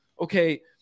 okay